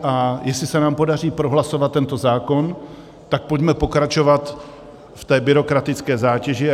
A jestli se nám podaří prohlasovat tento zákon, tak pojďme pokračovat v té byrokratické zátěži.